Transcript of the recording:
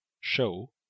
show